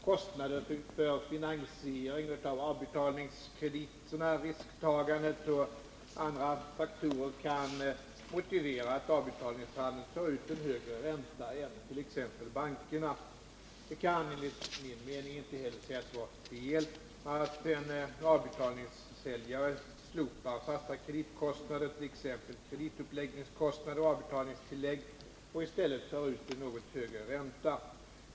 Kostnader för finansiering av avbetalningskrediterna, risktagandet och andra faktorer kan motivera att avbetalningshandeln tar ut en högre ränta än t.ex. bankerna. Det kan enligt min mening inte heller sägas vara fel att en avbetalningssäljare slopar fasta kreditkostnader, t.ex. kredituppläggningskostnader och avbetalningstilllägg, och i stället tar ut en något högre ränta.